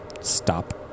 stop